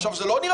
איך היה